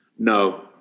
No